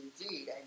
indeed